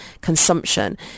consumption